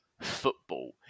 football